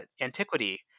antiquity